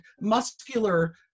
muscular